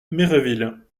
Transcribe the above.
méréville